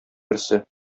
берсе